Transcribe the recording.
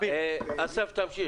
אסף, תמשיך.